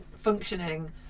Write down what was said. functioning